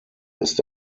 ist